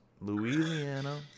Louisiana